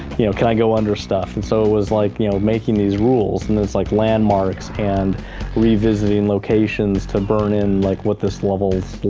you know, can i go under stuff? and so, it was like you know making these rules and this like landmarks and revisiting locations to burn in like what this level's